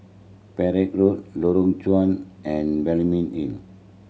Perak Road Lorong Chuan and Balmeg ill